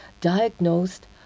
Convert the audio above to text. diagnosed